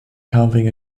carving